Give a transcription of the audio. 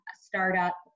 startup